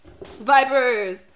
Vipers